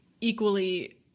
equally